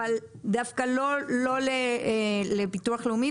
אבל דווקא לא לביטוח לאומי,